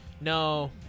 No